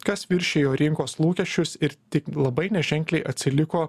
kas viršijo rinkos lūkesčius ir tik labai neženkliai atsiliko